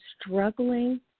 struggling